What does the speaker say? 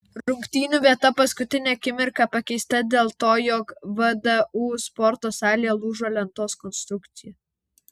rungtynių vieta paskutinę akimirką pakeista dėl to jog vdu sporto salėje lūžo lentos konstrukcija